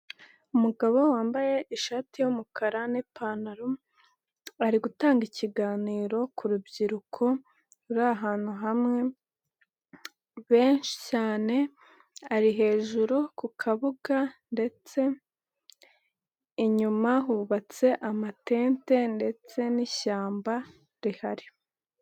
Umugabo wambaye ishati y'umukara n'ipantaro ari gutanga ikiganiro ku rubyiruko ruri ahantu hamwe benshi cyane ari hejuru ku kabuga ndetse inyuma hubatse amatente ndetse n'ishyamba rihari.